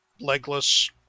Legless